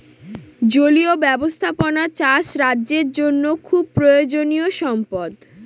জলীয় ব্যাবস্থাপনা চাষ রাজ্যের জন্য খুব প্রয়োজনীয়ো সম্পদ